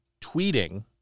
tweeting